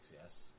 yes